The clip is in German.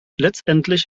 letztendlich